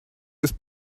ist